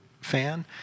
fan